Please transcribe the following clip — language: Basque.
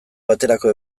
baterako